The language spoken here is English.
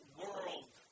world